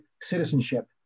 citizenship